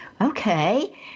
Okay